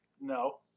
No